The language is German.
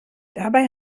dabei